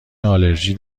آلرژی